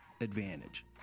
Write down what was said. advantage